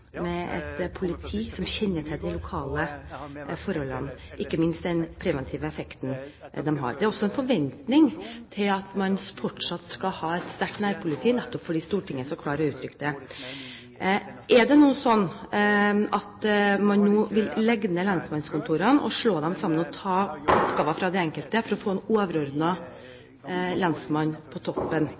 politi som kjenner til de lokale forholdene, og ikke minst den preventive effekten dette har. Det er også en forventning til at man fortsatt skal ha et sterkt nærpoliti nettopp fordi Stortinget så klart har uttrykt det. Er det nå slik at man nå vil legge ned lensmannskontorene, slå dem sammen og ta oppgaver fra de enkelte, for å få en overordnet lensmann på toppen?